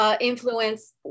influence